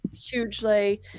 hugely